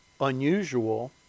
unusual